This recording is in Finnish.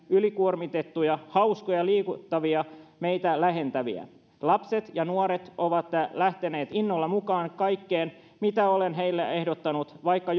ylikuormitettuja hauskoja liikuttavia meitä lähentäviä lapset ja nuoret ovat lähteneet innolla mukaan kaikkeen mitä olen heille ehdottanut vaikka